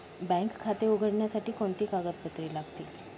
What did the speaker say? Bank खाते उघडण्यासाठी कोणती कागदपत्रे लागतील?